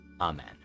Amen